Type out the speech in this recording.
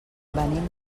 venim